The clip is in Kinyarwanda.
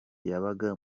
yabaga